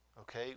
okay